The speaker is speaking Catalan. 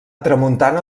tramuntana